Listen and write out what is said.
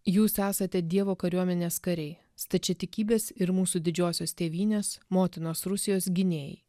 jūs esate dievo kariuomenės kariai stačiatikybės ir mūsų didžiosios tėvynės motinos rusijos gynėjai